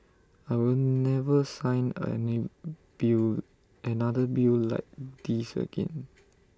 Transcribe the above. I will never sign bill another bill like this again